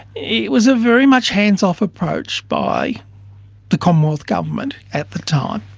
it was a very much hands-off approach by the commonwealth government at the time.